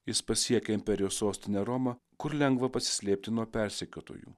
jis pasiekia imperijos sostinę romą kur lengva pasislėpti nuo persekiotojų